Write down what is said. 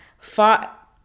fought